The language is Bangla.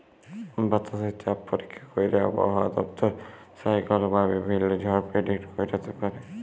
বাতাসে চাপ পরীক্ষা ক্যইরে আবহাওয়া দপ্তর সাইক্লল বা বিভিল্ল্য ঝড় পের্ডিক্ট ক্যইরতে পারে